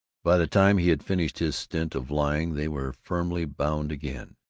by the time he had finished his stint of lying they were firmly bound again.